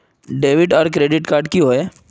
Debit आर credit card की होय?